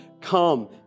come